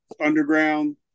Underground